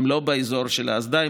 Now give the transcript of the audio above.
הם לא באזור של האסדה,